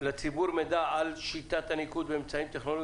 לציבור מידע על שיטת הניקוד באמצעים טכנולוגיים